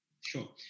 Sure